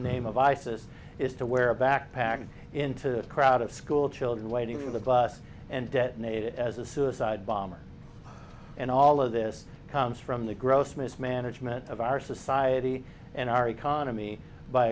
name of isis is to wear a backpack into the crowd of schoolchildren waiting for the bus and detonate it as a suicide bomber and all of this comes from the gross mismanagement of our society and our economy by